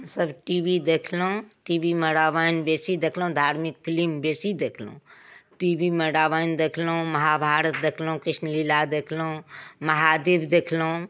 हमसभ T V देखलहुँ T V मे रामायण बेसी देखलहुँ धार्मिक फिलिम बेसी देखलहुँ टी वी मे रामायण देखलहुँ महाभारत देखलहुँ कृष्णलीला देखलहुँ महादेव देखलहुँ